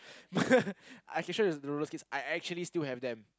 I can show you the the roller skates I actually still have them